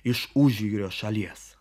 iš užjūrio šalies